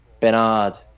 Bernard